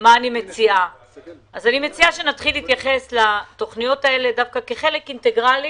אני מציעה שנתחיל להתייחס לתכניות האלה כחלק אינטגרלי